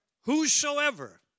whosoever